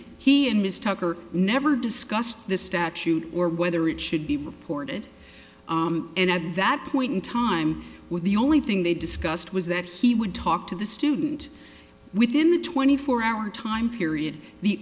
he and ms tucker never discussed this statute or whether it should be reported and at that point in time with the only thing they discussed was that he would talk to the student within the twenty four hour time period the